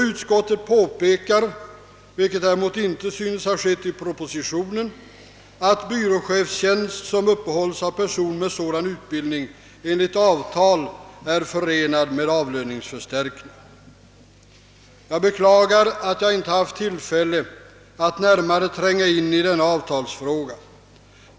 Utskottet påpekar, vilket icke synes ha skett i propositionen, att byråchefstjänst, som uppehålls av person med sådan utbildning, enligt avtal är förenad med avlöningsförstärkning. Jag beklagar, att jag inte haft tillfälle att närmare tränga in i denna avtalsfråga.